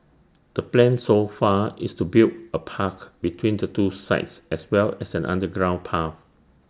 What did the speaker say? the plan so far is to build A park between the two sites as well as an underground path